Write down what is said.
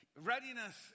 Readiness